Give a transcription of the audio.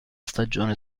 stagione